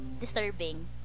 Disturbing